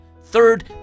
Third